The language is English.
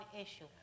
issue